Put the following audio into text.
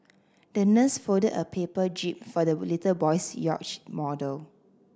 the nurse folded a paper jib for the little boy's yacht model